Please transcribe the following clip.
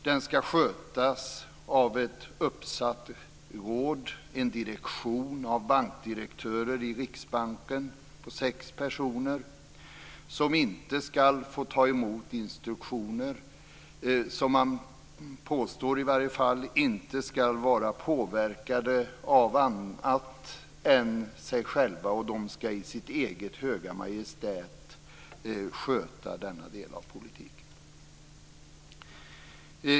Den skall skötas av ett uppsatt råd, en direktion av bankdirektörer i Riksbanken på sex personer, som inte skall få ta emot instruktioner och som - påstår man i alla fall - inte skall vara påverkade av annat än sig själva. Det skall i sitt eget höga majestät sköta denna del av politiken.